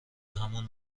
همون